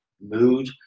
mood